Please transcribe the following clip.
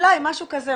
אולי, משהו כזה.